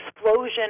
explosion